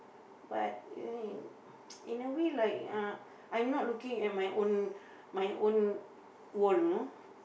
but y~ in a way like uh I'm not looking at my own my own wall you know